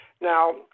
Now